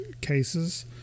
cases